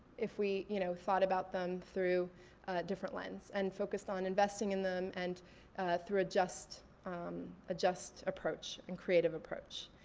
if we you know thought about them through a different lens, and focused on investing in them, and through a just a just approach, and creative approach.